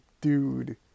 dude